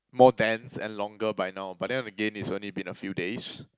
more dense and longer by now but then again it's only been a few days